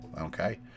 Okay